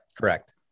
Correct